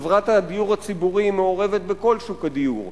חברת הדיור הציבורי מעורבת בכל שוק הדיור,